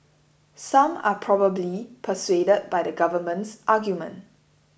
some are probably persuaded by the government's argument